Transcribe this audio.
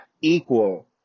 equal